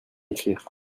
écrire